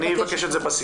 אני אבקש את זה בסיכום.